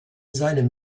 seinem